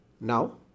now